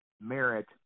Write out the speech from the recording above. merit